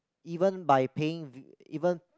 even by paying even